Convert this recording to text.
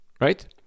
Right